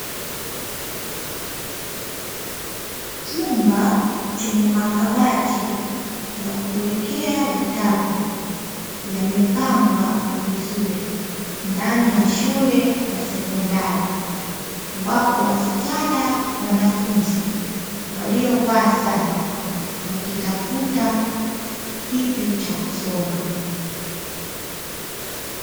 Chumba chenye makabati ya kuwekea vitabu yamepangwa vizuri ndani ya shule ya sekondari, wapo wasichana wanafunzi waliyovaa sare wakitafuta kipi cha kusoma.